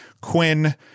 Quinn